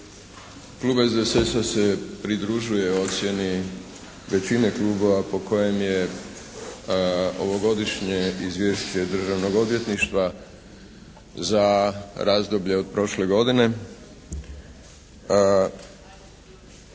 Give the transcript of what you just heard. Klub SDSS-a se pridružuje ocjeni većine klubova po kojem je ovogodišnje izvješće Državnog odvjetništva za razdoblje od prošle godine